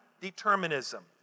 determinism